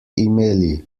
imeli